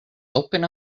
open